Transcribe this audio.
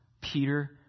Peter